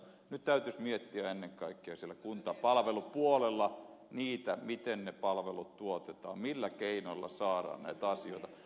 nyt täytyisi miettiä ennen kaikkea kuntapalvelupuolella sitä miten ne palvelut tuotetaan millä keinoilla saadaan näitä asioita